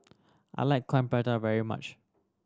I like Coin Prata very much